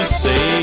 say